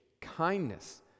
kindness